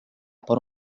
por